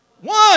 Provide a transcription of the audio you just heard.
one